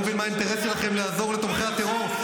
אני לא מבין מה האינטרס שלכם לעזור לתומכי הטרור,